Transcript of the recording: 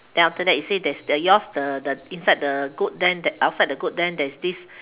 then after that you say there's the yours the the inside the goat then that outside the goat then there's this